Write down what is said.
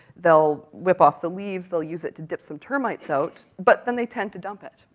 they'll rip off the leaves, they'll use it to dip some termites out, but then they tend to dump it.